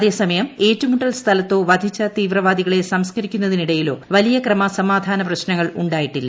അതേസമയം ഏറ്റുമുട്ടൽ സ്ഥലത്തോ വധിച്ച തീവ്രവാദികളെ സംസ്കരിക്കുന്നതിനിടയിലോ വലിയ ക്രമസമാധാന പ്രശ്നങ്ങൾ ഉണ്ടായിട്ടില്ല